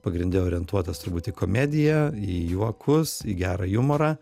pagrinde orientuotas turbūt į komediją į juokus į gerą jumorą